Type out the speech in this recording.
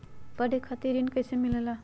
पढे खातीर ऋण कईसे मिले ला?